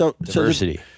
Diversity